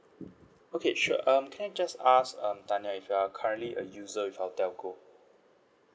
okay sure um can I just ask um tanya if you are currently a user with our telco